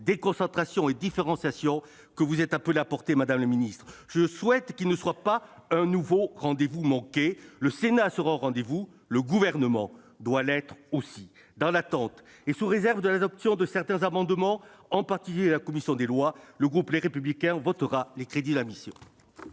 déconcentration et différenciation » que vous êtes appelée à défendre, madame la ministre. Puisse-t-il ne pas être un nouveau rendez-vous manqué ... Le Sénat sera au rendez-vous, le Gouvernement doit l'être aussi ! Sous réserve de l'adoption de certains amendements, issus en particulier de la commission des lois, le groupe Les Républicains votera les crédits de la mission.